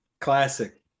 Classic